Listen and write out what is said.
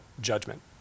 judgment